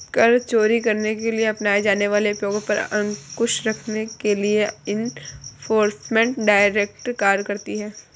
कर चोरी करने के लिए अपनाए जाने वाले उपायों पर अंकुश रखने के लिए एनफोर्समेंट डायरेक्टरेट कार्य करती है